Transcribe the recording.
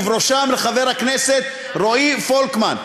ובראשם לחבר הכנסת רועי פולקמן.